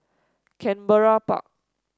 Canberra Park